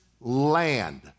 land